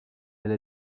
elle